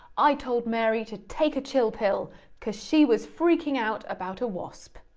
i told mary to take a chill pill cause she was freaking out about a wasp.